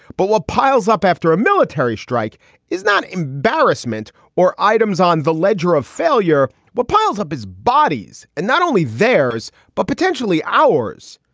but piles up after a military strike is not embarrassment or items on the ledger of failure. what piles up is bodies and not only theirs, but potentially ours.